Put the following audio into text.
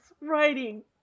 writing